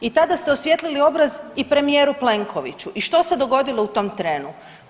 I tada ste osvijetlili obraz i premijeru Plenkoviću i što se dogodilo u tom trenu?